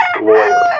lawyer